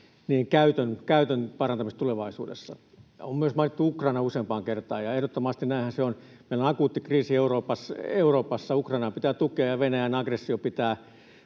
käytännön parantamista tulevaisuudessa. On myös mainittu Ukraina useampaan kertaan. Ja ehdottomasti, näinhän se on, meillä on akuutti kriisi Euroopassa, ja Ukrainaa pitää tukea ja Venäjän aggressio pitää